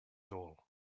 all